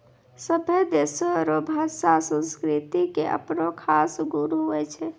सभै देशो रो भाषा संस्कृति के अपनो खास गुण हुवै छै